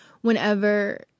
whenever